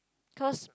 cause